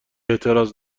اعتراض